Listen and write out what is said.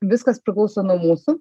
viskas priklauso nuo mūsų